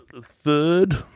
Third